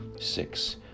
Six